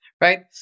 Right